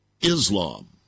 Islam